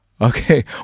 Okay